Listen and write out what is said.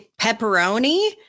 pepperoni